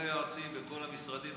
כל היועצים וכל המשרדים.